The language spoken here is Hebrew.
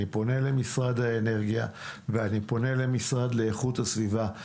אני פונה למשרד האנרגיה ולמשרד לאיכות הסביבה.